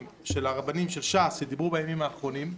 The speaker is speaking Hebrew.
של הרבנים של ש"ס שדיברו בימים האחרונים,